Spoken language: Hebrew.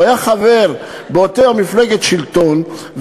היה חבר באותה מפלגת שלטון,